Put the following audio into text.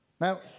Now